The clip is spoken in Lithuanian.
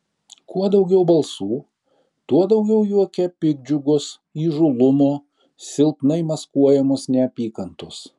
kuo daugiau balsių tuo daugiau juoke piktdžiugos įžūlumo silpnai maskuojamos neapykantos